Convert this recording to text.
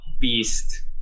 beast